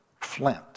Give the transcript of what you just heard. flint